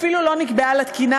אפילו לא נקבעה לה תקינה.